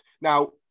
Now